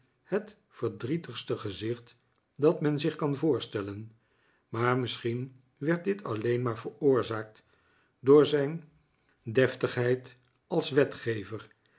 het verdrietigste gezicht dat men zich kan voorstellen maar misschien werd dit alleen maar veroorzaakt door zijn deftigheid als